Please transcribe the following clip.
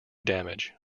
damage